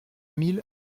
mille